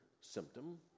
symptom